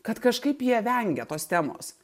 kad kažkaip jie vengia tos temos